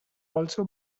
also